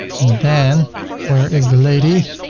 and then where is the lady?